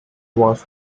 was